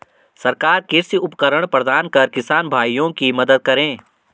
सरकार कृषि उपकरण प्रदान कर किसान भाइयों की मदद करें